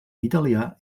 italià